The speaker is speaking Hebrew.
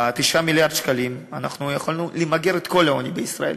ב-9 מיליארד שקלים אנחנו יכולנו למגר את כל העוני בישראל,